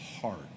hard